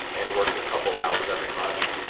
and work a couple hours every month.